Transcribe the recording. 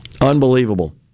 Unbelievable